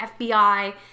FBI